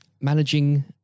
managing